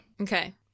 okay